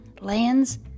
Lands